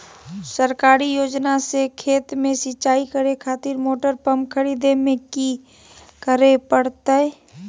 सरकारी योजना से खेत में सिंचाई करे खातिर मोटर पंप खरीदे में की करे परतय?